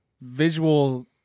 visual